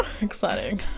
exciting